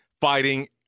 fighting